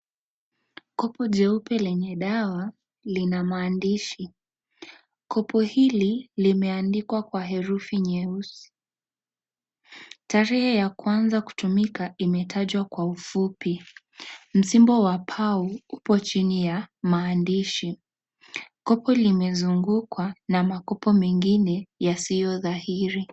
Kopo jeupe lenye dawa lina maandishi. Kopo hili limeandikwa kwa herufi nyeusi. Tarehe ya kuanza kutumika imetajwa kwa ufupi. Msimbo wa pau uko chini ya maandishi. Kopo liezungukwa na makopo mengine yasiyo dhahiri.